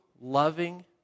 loving